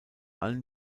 allem